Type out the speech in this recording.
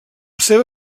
seva